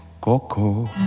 Coco